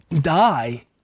die